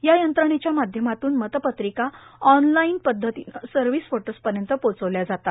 या यंत्रणेच्या माध्यमातून मतपत्रिका ऑनलाईनरित्या सर्व्हिंस वोटर्सपर्यंत पोहोचवल्या जातात